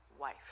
wife